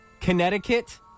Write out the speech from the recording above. Connecticut